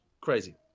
crazy